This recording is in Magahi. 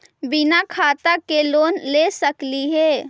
बिना खाता के लोन ले सकली हे?